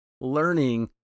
learning